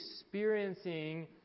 experiencing